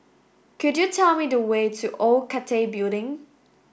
could you tell me the way to Old Cathay Building